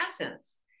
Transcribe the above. essence